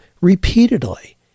repeatedly